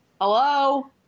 hello